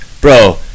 Bro